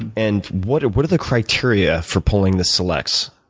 and what what are the criteria for pulling the selects?